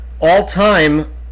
all-time